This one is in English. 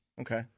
Okay